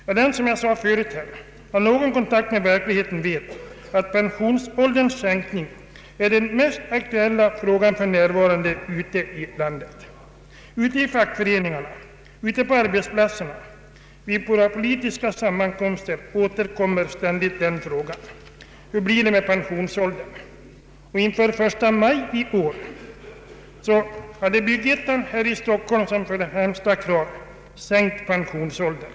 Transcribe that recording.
Jo, det är så, som jag förut sagt, att den som har kontakt med verkligheten vet att pensionsålderns sänkning för närvarande är den mest aktuella frågan ute i landet, i fackföreningarna och på arbetsplatserna. Vid våra politiska sammankomster återkommer ständigt frågan: Hur blir det med pensionsåldern? Inför första maj i år hade Byggettan här i Stockholm som främsta krav ”Sänk pensionsåldern”.